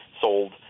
sold